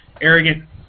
arrogant